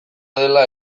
dela